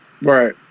Right